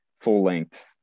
full-length